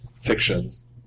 fictions